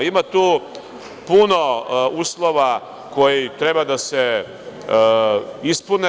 Ima tu puno uslova koji treba da se ispune.